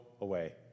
away